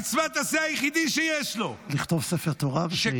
מצוות עשה היחידה שיש לו -- לכתוב ספר תורה ותהילים.